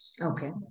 Okay